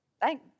Thank